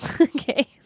Okay